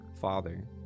Father